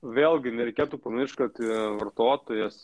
vėlgi nereikėtų pamiršt kad vartotojas